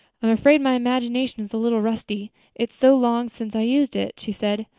i'm afraid my imagination is a little rusty it's so long since i used it, she said.